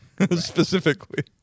Specifically